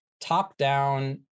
top-down